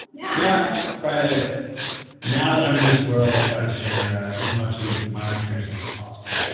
yeah try to now that i'm in this world, i try to share as much of my experience as possible.